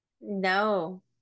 No